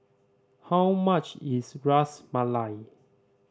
how much is Ras Malai